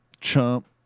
Chump